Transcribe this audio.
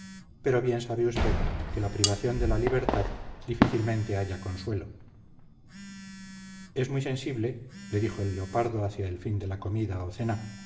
pero bien sabe usted que la privación de la libertad difícilmente halla consuelo es muy sensible le dijo el leopardo hacia el fin de la comida o cena